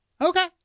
Okay